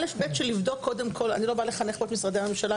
זה באמת האלף-בית של לבדוק קודם כל אני לא באה לחנך את משרדי הממשלה,